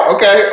Okay